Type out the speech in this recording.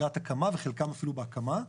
לקראת הקמה וחלקם אפילו בהקמה.